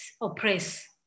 oppress